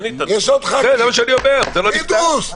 אין --- פינדרוס,